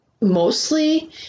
mostly